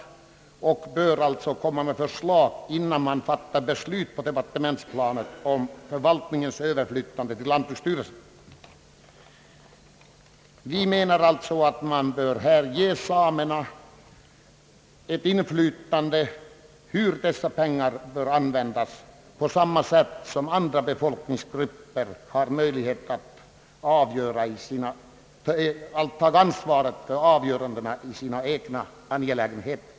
Utredningen bör alltså komma med förslag innan man fattar beslut på departementsplanet om förvaltningens överflyttande till lantbruksstyrelsen. Det är ju samerna som äger pengarna och som skall få dem för sin näring. Vi menar alltså att man här bör ge samerna ett inflytande över hur dessa pengar bör användas på samma sätt som andra befolkningsgrupper har möjlighet att ta ansvar för avgöranden beträffande deras angelägenheter.